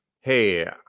Hey